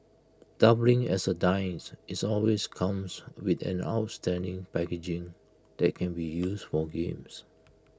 doubling as A dice its always comes with an outstanding packaging that can be used for games